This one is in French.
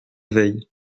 veille